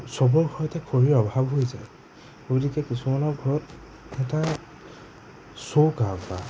চবৰ ঘৰতে খৰিৰ অভাৱ হৈছে গতিকে কিছুমানৰ ঘৰত এটা চৌকা বা